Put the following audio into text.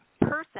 person